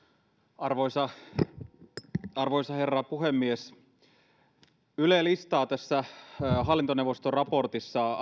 arvoisa arvoisa herra puhemies yle puhuu tässä hallintoneuvoston raportissa